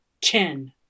Ten